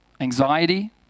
Anxiety